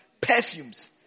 perfumes